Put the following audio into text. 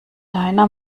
deiner